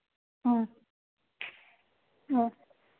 ꯑ ꯑ